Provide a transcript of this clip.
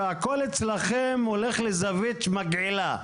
אצלכם הכול הולך לזווית מגעילה כזאת.